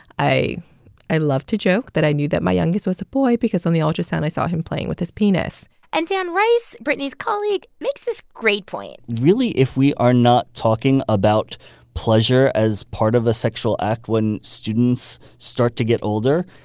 i i love to joke that i knew that my youngest was a boy because on the ultrasound, i saw him playing with his penis and dan rice, brittany's colleague, makes this great point really, if we are not talking about pleasure as part of a sexual act when students start to get older,